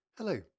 Hello